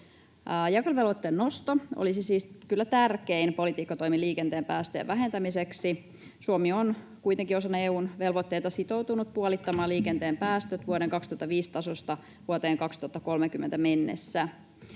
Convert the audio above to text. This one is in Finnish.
Jakeluvelvoitteen nosto olisi siis kyllä tärkein politiikkatoimi liikenteen päästöjen vähentämiseksi. Suomi on kuitenkin osana EU:n velvoitteita sitoutunut puolittamaan liikenteen päästöt vuoden 2005 tasosta vuoteen 2030 mennessä.